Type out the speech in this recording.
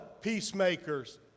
peacemakers